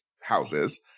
houses